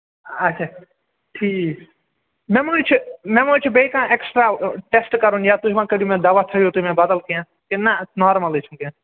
اَچھا ٹھیٖک مےٚ ما حظ چھُ مےٚ ما حظ چھُ بیٚیہِ کانٛہہ اٮ۪کٔسڑا ٹیٚسٹ کَرُن یا تُہۍ ما کٔرِو مےٚ دوا تھٲوِو تُہۍ مےٚ بدل کیٚنٛہہ کِنہٕ نہَ نارمَلٕے چھُ کیٚنٛہہ